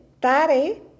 tare